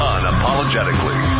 Unapologetically